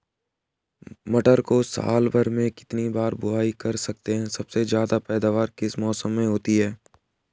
मटर को साल भर में कितनी बार बुआई कर सकते हैं सबसे ज़्यादा पैदावार किस मौसम में होती है?